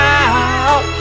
out